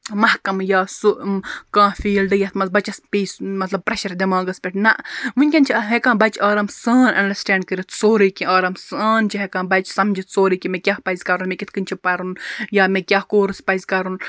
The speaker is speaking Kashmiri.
مَحکَم یا سُہ کانٛہہ فیٖلڈ یتھ مَنٛز بَچَس پیٚیہِ سُہ مَطلَب پریٚشَر دٮ۪ماغَس پٮ۪ٹھ نہَ ونکیٚن چھِ ہیٚکان بَچہِ آرام سان اَنڈَسٹینٛڈ کٔرِتھ سورٕے کینٛہہ آرام سان چھِ ہیٚکان بَچہِ سَمجِتھ سورٕے کیٚنٛہہ مےٚ کیاہ پَزِ کَرُن مےٚ کِتھ کٔنۍ چھُ پَرُن یا مےٚ کیاہ کورس پَزِ کَرُن